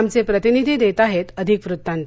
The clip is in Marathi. आमचे प्रतिनिधी देत आहेत अधिक वृत्तांत